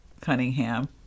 Cunningham